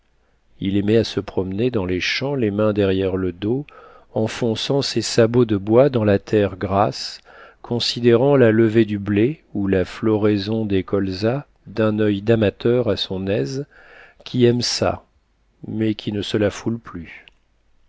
il aimait à se promener dans les champs les mains derrière le dos enfonçant ses sabots de bois dans la terre grasse considérant la levée du blé ou la floraison des colzas d'un oeil d'amateur à son aise qui aime ça mais qui ne se la foule plus